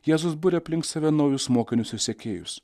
jėzus buria aplink save naujus mokinius ir sekėjus